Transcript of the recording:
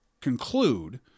conclude